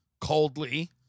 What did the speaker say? coldly